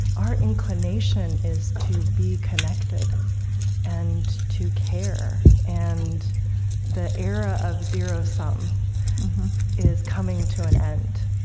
our inclination is to be connected and to care. and the era of zero sum is coming to an end.